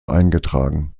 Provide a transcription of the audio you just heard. eingetragen